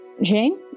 Jane